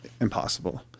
impossible